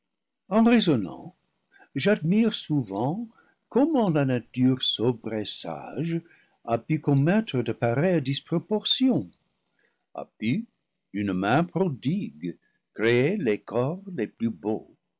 en raisonnant j'admire souvent comment la nature sobre et sage a pu com mettre de pareilles disproportions a pu d'une main prodigue créer les corps les plus beaux